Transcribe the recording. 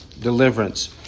deliverance